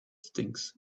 stinks